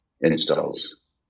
installs